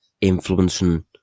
influencing